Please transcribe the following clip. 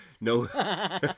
No